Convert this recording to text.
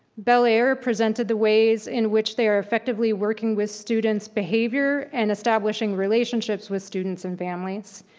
bel air presented the ways in which they are effectively working with students' behavior and establishing relationships with students and families,